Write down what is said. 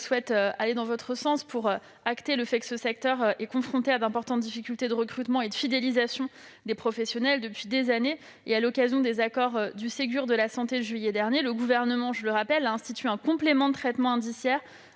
Mon collègue va dans votre sens : il acte le fait que ce secteur est confronté à d'importantes difficultés de recrutement et de fidélisation des professionnels depuis des années. À l'occasion des accords du Ségur de la santé de juillet dernier, le Gouvernement a institué un complément de traitement indiciaire